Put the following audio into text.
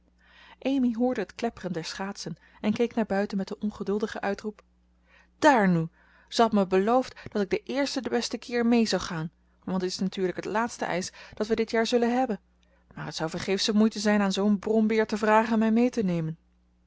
amy hoorde het klepperen der schaatsen en keek naar buiten met den ongeduldigen uitroep daar nu ze had me beloofd dat ik den eersten den besten keer mee zou gaan want dit is natuurlijk het laatste ijs dat we dit jaar zullen hebben maar het zou vergeefsche moeite zijn aan zoo'n brombeer te vragen mij mee te nemen